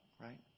right